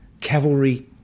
cavalry